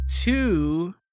two